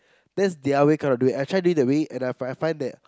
that's their way kind of doing it I try doing that way and I find that